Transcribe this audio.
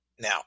Now